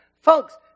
Folks